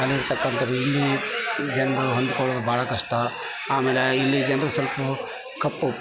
ಅಲ್ಲಿರ್ತಕ್ಕಂಥವ್ರು ಇಲ್ಲಿ ಜನರು ಹೊಂದ್ಕೊಳೋದು ಭಾಳ ಕಷ್ಟ ಆಮೇಲೆ ಇಲ್ಲಿ ಜನರು ಸ್ವಲ್ಪ ಕಪ್ಪು